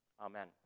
Amen